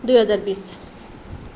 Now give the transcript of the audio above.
दुई हजार बिस